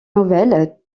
nouvelle